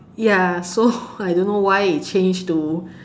ya so I don't know why it change to